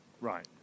Right